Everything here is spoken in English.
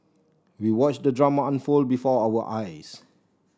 we watched the drama unfold before our eyes